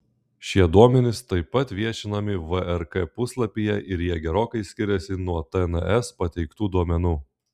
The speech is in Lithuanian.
šie duomenys taip pat viešinami vrk puslapyje ir jie gerokai skiriasi nuo tns pateiktų duomenų